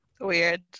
weird